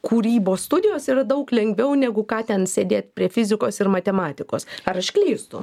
kūrybos studijos yra daug lengviau negu ką ten sėdėt prie fizikos ir matematikos ar aš klystu